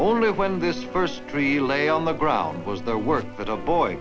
only when this first tree lay on the ground was the work that a boy